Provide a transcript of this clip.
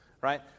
right